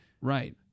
right